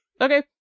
Okay